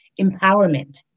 empowerment